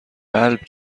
قلب